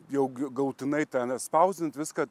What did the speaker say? jog galutinai ten atspausdint viską